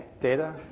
data